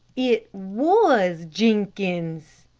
it was jenkins.